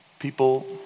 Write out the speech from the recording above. People